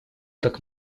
как